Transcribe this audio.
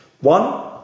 One